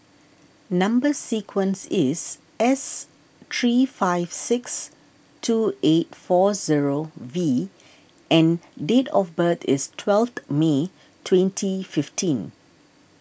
Number Sequence is S three five six two eight four zero V and date of birth is twelve May twenty fifteen